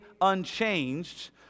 unchanged